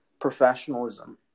professionalism